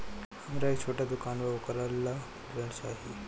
हमरा एक छोटा दुकान बा वोकरा ला ऋण चाही?